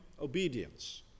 obedience